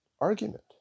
argument